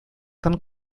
тын